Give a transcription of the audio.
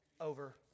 over